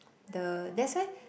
the that's why